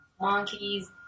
monkeys